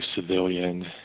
Civilian